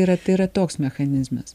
yra tai yra toks mechanizmas